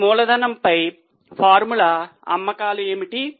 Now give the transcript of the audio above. పని మూలధనంపై ఫార్ములా అమ్మకాలు ఏమిటి